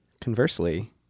conversely